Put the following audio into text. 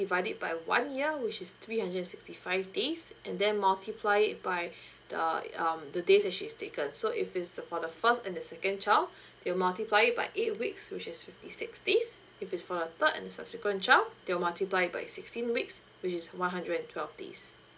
divide it by one year which is three hundred and sixty five days and then multiply it by the it um the days that she's taken so if it's for the first and the second child they'll multiply it by eight weeks which is fifty six days if it's for the third and the subsequent child they'll multiply it by sixteen weeks which is one hundred and twelve days